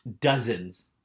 Dozens